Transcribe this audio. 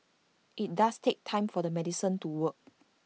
IT does take time for the medicine to work